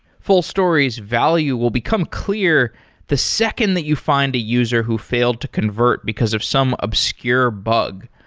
fullstory's value will become clear the second that you find a user who failed to convert because of some obscure bug.